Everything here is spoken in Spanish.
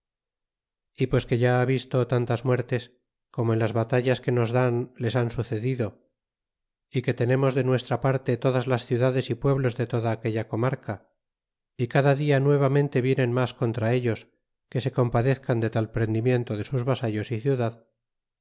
visto antas muertes como en las batallas que nos dan les han sucedido y que tenemos de nuestra parte todas las ciudades y pueblos de toda aquella comarca y cada dia nuevamente vienen mas contra ellos que se conpadezcan de tal perdimiento de sus vasallos y ciudad